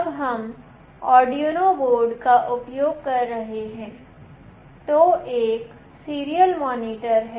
जब हम Arduino board का उपयोग कर रहे हैं तो एक सीरियल मॉनिटर है